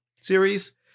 series